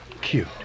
cute